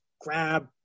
grab